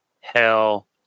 Hell